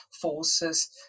forces